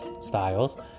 styles